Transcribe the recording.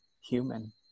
human